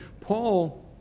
Paul